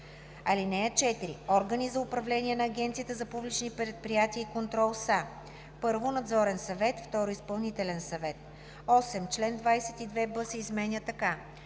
София. (4) Органи за управление на Агенцията за публичните предприятия и контрол са: 1. надзорен съвет; 2. изпълнителен съвет.“ 8. Член 22б се изменя така: